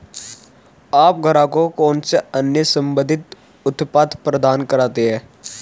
आप ग्राहकों को कौन से अन्य संबंधित उत्पाद प्रदान करते हैं?